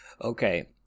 Okay